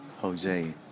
Jose